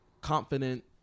confident